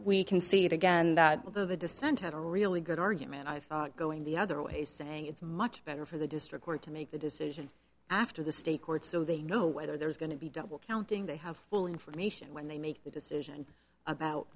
we can see it again that of the dissent had a really good argument going the other way saying it's much better for the district court to make the decision after the state court so they know whether there's going to be double counting they have full information when they make the decision about